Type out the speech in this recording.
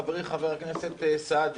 חברי חבר הכנסת סעדי,